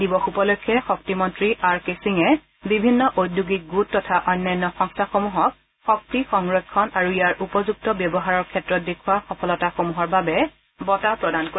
দিৱস উপলক্ষে শক্তিমন্ত্ৰী আৰ কে সিঙে বিভিন্ন উদ্যোগিক গোট তথা অন্যান্য সংস্থাসমূহক শক্তি সংৰক্ষণ আৰু উপযুক্ত ব্যৱহাৰৰ ক্ষেত্ৰত দেখৃওৱা সফলতাসমূহৰ বাবে বঁটা প্ৰদান কৰিব